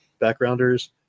Backgrounders